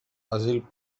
asil